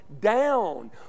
down